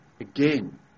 Again